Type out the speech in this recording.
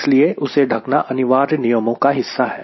इसलिए उसे ढकना अनिवार्य नियमों का हिस्सा है